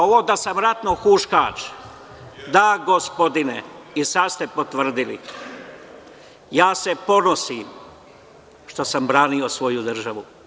Ovo da sam ratni huškaš, da gospodine, i sada ste potvrdili, ponosim se što sam branio svoju državu.